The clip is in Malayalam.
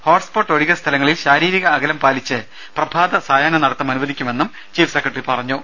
ഹോട്ട്സ്പോട്ട് ഒഴികെ സ്ഥലങ്ങളിൽ ശാരീരിക അകലം പാലിച്ച് പ്രഭാത സായാഹ്ന നടത്തം അനുവദിക്കുമെന്ന് ചീഫ് സെക്രട്ടറി പറഞ്ഞു